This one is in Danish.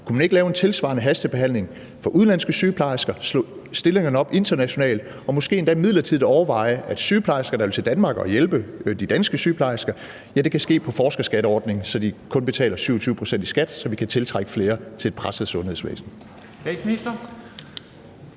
Kunne man ikke lave en tilsvarende hastebehandling for udenlandske sygeplejersker, slå stillingerne op internationalt og måske endda overveje, at sygeplejersker, der vil til Danmark og hjælpe de danske sygeplejersker, midlertidigt kan komme på forskerskatteordningen, så de kun betaler 27 pct. i skat, så vi kan tiltrække flere til et presset sundhedsvæsen?